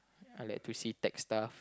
I like to see tagged stuff